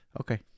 okay